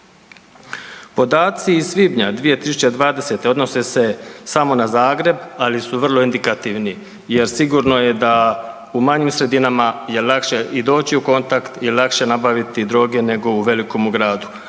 Podaci iz svibnja 2020. odnose se samo na Zagreb, ali su vrlo indikativni jer sigurno je da u manjim sredinama je lakše i doći u kontakt i lakše nabaviti droge, nego u velikom gradu.